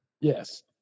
Yes